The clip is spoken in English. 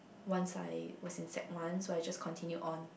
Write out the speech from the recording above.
once I was in sec one so I just continue on